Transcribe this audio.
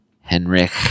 Henrik